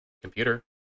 computer